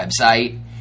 website